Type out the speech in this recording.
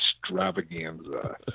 extravaganza